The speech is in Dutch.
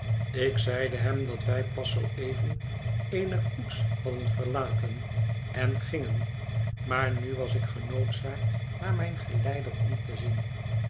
ik zeide hem dat wij pas zoo even eene koets hadden verlaten en gingen maar nu was ik genoodzaakt naar mijn geleider om te zien